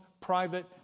private